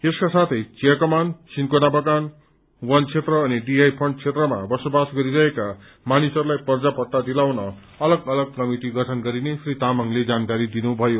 यसका साथै चिया कमान सिन्कोना बगान बन क्षेत्र अनि डीआई फण्ड क्षेत्रमा बसोवासो गरिरहेका मानिसहरूलाई पर्जापट्टा दिलाउन अलग अलग कमिटि गठन गरिने श्री तामाङले जानकारी दिनुभयो